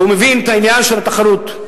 והוא מבין את העניין של התחרות,